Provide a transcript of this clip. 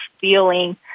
feeling